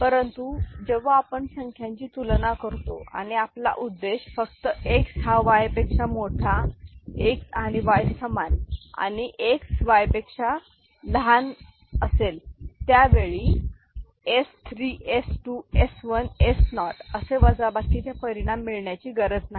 परंतु जेव्हा आपण संख्यांची तुलना करतो आणि आपला उद्देश फक्त X हा Y पेक्षा मोठा X आणि Y समान आणि 16 Y पेक्षा लहान असेल त्यावेळी s 3 s 2 s 1 s0 असे वजाबाकी चे परिणाम मिळण्याची गरज नाही